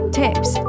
tips